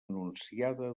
anunciada